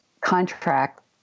contract